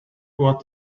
what